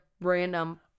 random